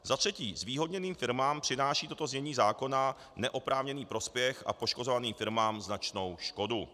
Za třetí zvýhodněným firmám přináší toto znění zákona neoprávněný prospěch a poškozovaným firmám značnou škodu.